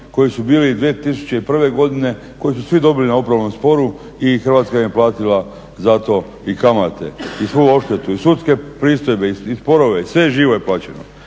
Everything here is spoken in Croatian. koji su bili 2001. godine koji su svi dobili na upravnom sporu i Hrvatska im je platila za to i kamate i svu odštetu i sudske pristojbe i sporove, sve živo je plaćeno.